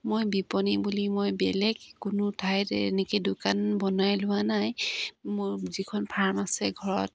মই বিপণী বুলি মই বেলেগ কোনো ঠাইত এনেকৈ দোকান বনাই লোৱা নাই মোৰ যিখন ফাৰ্ম আছে ঘৰত